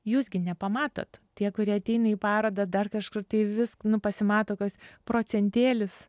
jūs gi nepamatot tie kurie ateina į parodą dar kažkur tai visk nu pasimato kas procentėlis